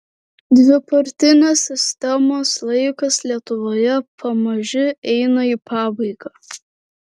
dvipartinės sistemos laikas lietuvoje pamaži eina į pabaigą